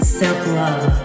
self-love